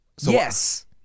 yes